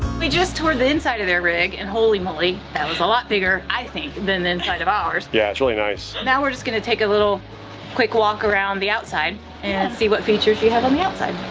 we just toured the inside of their rig and holy moly, that was a lot bigger. i think than the inside of ours. yeah, it's really nice. now we're just gonna take a little quick walk around the outside and see what features you have on the outside.